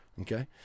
okay